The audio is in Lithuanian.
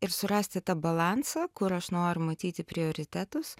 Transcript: ir surasti tą balansą kur aš noriu matyti prioritetus